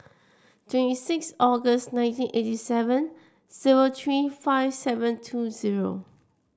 twenty six August nineteen eighty seven seven three five seven two zero